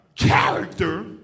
Character